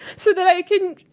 so that i can,